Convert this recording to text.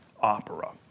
opera